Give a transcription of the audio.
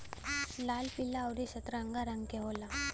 लाल पीला अउरी संतरा रंग के होला